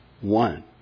one